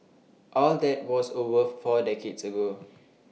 all that was over four decades ago